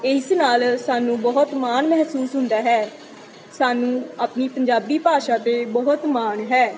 ਇਸ ਨਾਲ ਸਾਨੂੰ ਬਹੁਤ ਮਾਣ ਮਹਿਸੂਸ ਹੁੰਦਾ ਹੈ ਸਾਨੂੰ ਆਪਣੀ ਪੰਜਾਬੀ ਭਾਸ਼ਾ 'ਤੇ ਬਹੁਤ ਮਾਣ ਹੈ